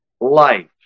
life